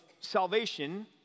salvation